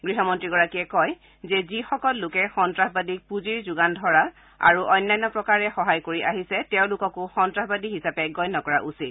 গৃহমন্ত্ৰীজনে কয় যে যিসকল লোকে সন্ত্ৰাসবাদীক পুঁজি যোগান আৰু অন্যান্য প্ৰকাৰে সহায় কৰি আহিছে তেওঁলোককো সন্ত্ৰাসবাদী হিচাপে গণ্য কৰা উচিত